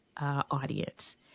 audience